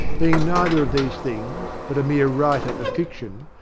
being neither of these things, but a mere writer of fiction,